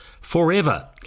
forever